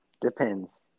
Depends